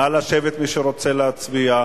נא לשבת, מי שרוצה להצביע.